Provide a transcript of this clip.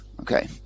Okay